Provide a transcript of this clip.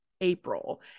April